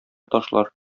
ташлар